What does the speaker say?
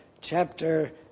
chapter